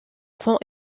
font